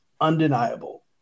undeniable